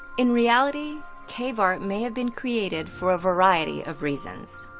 in reality, cave art may have been created for a variety of reasons.